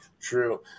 True